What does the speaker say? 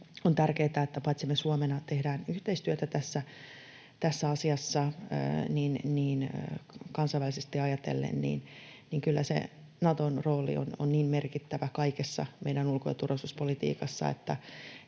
on tärkeätä, että paitsi että me Suomena tehdään yhteistyötä tässä asiassa, niin kansainvälisesti ajatellen kyllä se Naton rooli on niin merkittävä kaikessa meidän ulko- ja turvallisuuspolitiikassamme, että